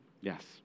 yes